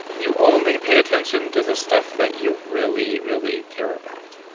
you only pay attention to the stuff that you really, really care about.